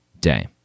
day